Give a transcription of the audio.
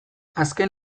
azken